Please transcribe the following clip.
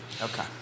Okay